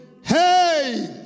Hey